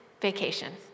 vacation